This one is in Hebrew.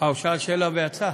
שאל שאלה ויצא?